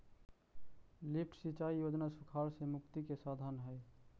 lift सिंचाई योजना सुखाड़ से मुक्ति के साधन हई